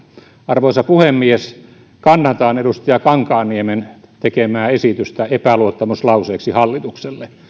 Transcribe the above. arvoisa puhemies kannatan edustaja kankaanniemen tekemää esitystä epäluottamuslauseeksi hallitukselle